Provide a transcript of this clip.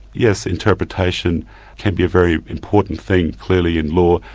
yes, interpretation can be a very important thing, clearly, in law,